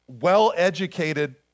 well-educated